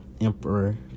emperor